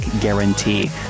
guarantee